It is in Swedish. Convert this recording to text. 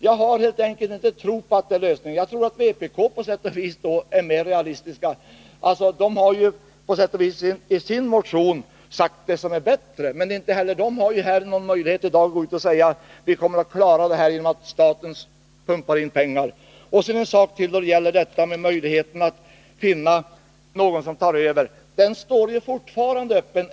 Jag tror helt enkelt inte att det är en lösning. Jag tror att vpk:s förslag på sätt och vis är mera realistiskt. Vpk hari sin motion föreslagit något som är bättre, men inte heller vpk har någon möjlighet att nu gå ut och säga: Vi kommer att klara det här genom att staten pumpar in pengar. Sedan några ord om möjligheten att finna någon som tar över. Den möjligheten står fortfarande öppen.